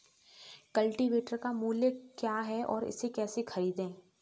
Cultivator का मूल्य क्या है और इसे कैसे खरीदें?